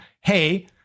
Hey